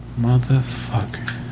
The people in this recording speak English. motherfucker